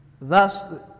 Thus